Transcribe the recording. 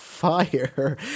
fire